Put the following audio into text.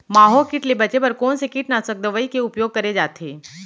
माहो किट ले बचे बर कोन से कीटनाशक दवई के उपयोग करे जाथे?